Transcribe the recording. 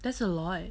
that's a lot